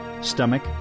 stomach